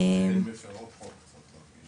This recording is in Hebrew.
הן מפרות חוק צריך להדגיש.